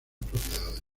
propiedades